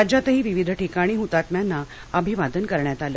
राज्यातही विविध ठिकाणी हुतात्म्यांना अभिवादन करण्यात आलं